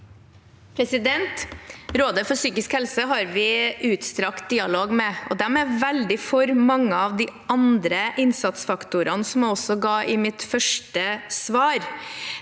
Rådet for psy- kisk helse har vi utstrakt dialog med, og de er veldig for mange av de andre innsatsfaktorene jeg også oppga i mitt første svar.